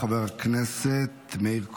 חבר הכנסת מאיר כהן,